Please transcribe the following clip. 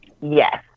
Yes